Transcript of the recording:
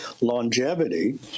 longevity